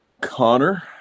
Connor